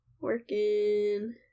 working